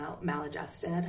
maladjusted